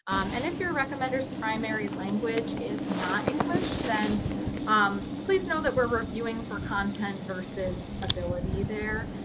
um and if your recommender's primary language is not english, then um please know that we're reviewing for content versus ability there.